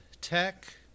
Tech